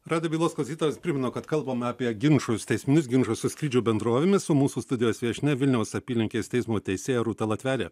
radijo bylos klausytojams primenu kad kalbame apie ginčus teisminius ginčus su skrydžių bendrovėmis su mūsų studijos viešnia vilniaus apylinkės teismo teisėja rūta latvelė